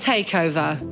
Takeover